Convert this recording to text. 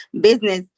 business